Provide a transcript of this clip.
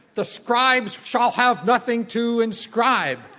the scribes shall have nothing to inscribe.